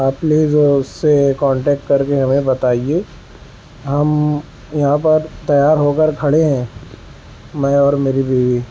آپ پلیز اس سے کانٹیکٹ کر کے ہمیں بتائیے ہم یہاں پر تیار ہو کر کھڑے ہیں میں اور میری بیوی